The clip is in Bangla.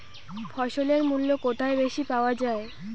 ফসলের মূল্য কোথায় বেশি পাওয়া যায়?